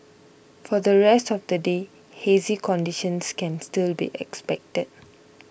for the rest of the day hazy conditions can still be expected